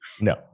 no